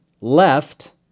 left